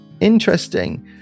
Interesting